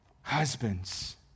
Husbands